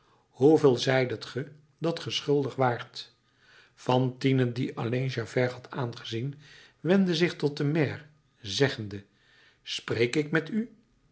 hoeveel zeidet ge dat ge schuldig waart fantine die alleen javert had aangezien wendde zich tot den maire zeggende spreek ik met u